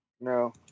No